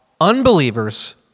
unbelievers